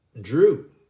drew